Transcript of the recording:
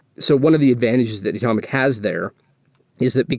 so one of the advantages that datomic has there is that,